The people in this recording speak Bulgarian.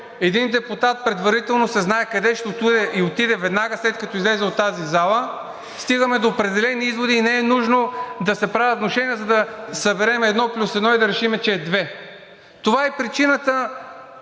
един депутат предварително се знае къде ще отиде и отиде веднага след като излезе от тази зала, стигаме до определени изводи и не е нужно да се правят внушения, за да съберем едно плюс едно и да решим, че е две. Това е причината